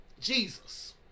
Jesus